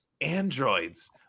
androids